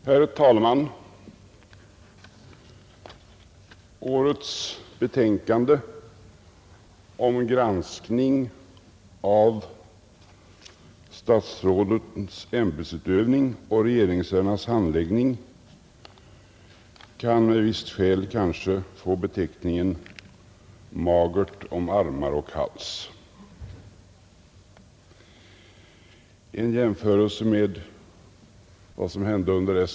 Herr talman! Årets betänkande om granskning av statsrådens ämbetsutövning och regeringsärendenas handläggning kan kanske med visst skäl få beteckningen ”magert om armar och hals”. En jämförelse med vad som hände under S.